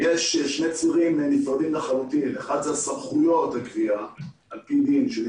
יש שני צירים נפרדים לחלוטין: אחד זה סמכויות